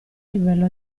livello